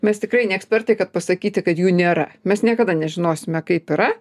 mes tikrai ne ekspertai kad pasakyti kad jų nėra mes niekada nežinosime kaip yra